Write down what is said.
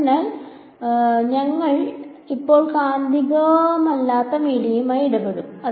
അതിനാൽ ഞങ്ങൾ ഇപ്പോൾ കാന്തികമല്ലാത്ത മീഡിയയുമായി ഇടപെടും